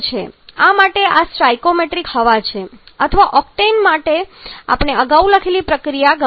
આ માટે આ સ્ટોઇકિયોમેટ્રિક હવા છે અથવા ઓક્ટેન સાથે આપણે અગાઉ લખેલી પ્રતિક્રિયા ગમે છે